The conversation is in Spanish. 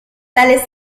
tales